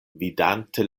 vidante